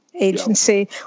agency